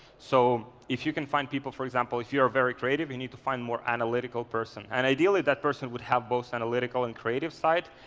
so if you can find people for example, if you are very creative, you need to find more analytical person. and ideally that person would have both analytical and creative side.